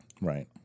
Right